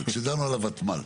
כשדנו על הותמ"ל.